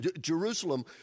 Jerusalem